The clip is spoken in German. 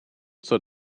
zur